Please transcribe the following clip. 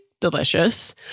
delicious